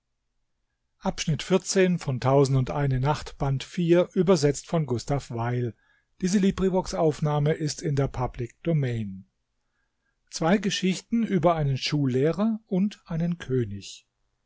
zwei gaukler und einen